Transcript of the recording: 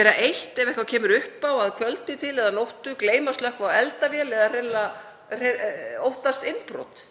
vera eitt ef eitthvað kemur upp á að kvöldi til eða nóttu, gleyma að slökkva á eldavél eða hreinlega óttast innbrot.